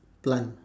plant